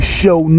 show